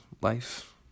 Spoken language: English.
life